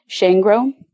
Shangro